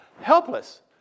helpless